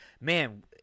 man